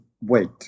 wait